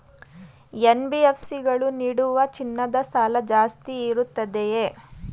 NBFC ಗಳು ನೀಡುವ ಚಿನ್ನದ ಸಾಲ ಜಾಸ್ತಿ ಇರುತ್ತದೆಯೇ?